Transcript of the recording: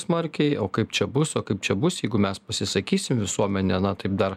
smarkiai o kaip čia bus o kaip čia bus jeigu mes pasisakysim visuomenė na taip dar